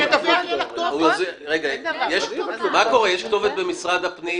יש כתובת במשרד הפנים?